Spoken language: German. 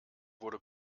wurde